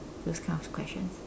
those kind of questions